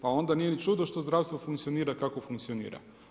Pa onda nije ni čudo što zdravstvo funkcionira kako funkcionira.